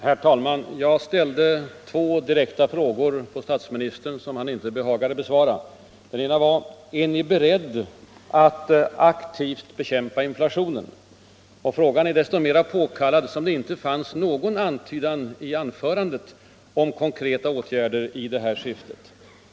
Herr talman! Jag ställde två direkta frågor till statsministern som han inte behagade besvara. Den ena var: Är ni beredda att aktivt bekämpa inflationen? Frågan är desto mera påkallad som det inte fanns någon antydan i anförandet om konkreta åtgärder i det syftet.